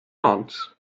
aunt